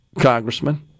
congressman